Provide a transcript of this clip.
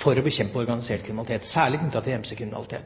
for å bekjempe organisert kriminalitet – særlig det som er knyttet til